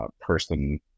person